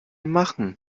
machen